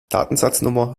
datensatznummer